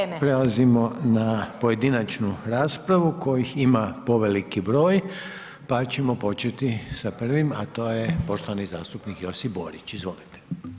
Prelazimo, prelazimo na pojedinačnu raspravu kojih ima poveliki broj, pa ćemo početi sa prvim, a to je poštovani zastupnik Josip Borić, izvolite.